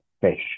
fish